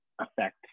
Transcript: affect